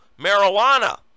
marijuana